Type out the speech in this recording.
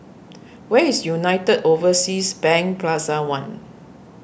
where is United Overseas Bank Plaza one